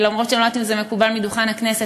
אף שאני לא יודעת אם זה מקובל מדוכן הכנסת,